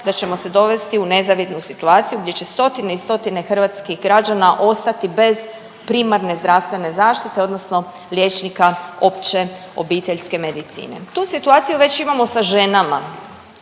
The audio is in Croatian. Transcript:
da ćemo se dovesti u nezavidnu situaciju gdje će stotine i stotine hrvatskih građana ostati bez primarne zdravstvene zaštite odnosno liječnika opće obiteljske medicine. Tu situaciju već imamo sa ženama